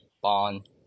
bond